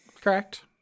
Correct